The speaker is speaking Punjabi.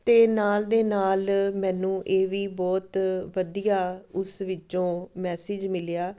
ਅਤੇ ਨਾਲ ਦੇ ਨਾਲ ਮੈਨੂੰ ਇਹ ਵੀ ਬਹੁਤ ਵਧੀਆ ਉਸ ਵਿੱਚੋਂ ਮੈਸੇਜ ਮਿਲਿਆ